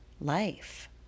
life